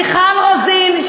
מיכל רוזין,